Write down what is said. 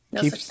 keep